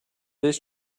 this